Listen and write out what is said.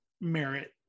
merit